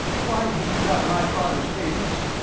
why have you got my father's papers?